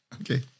okay